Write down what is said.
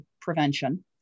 prevention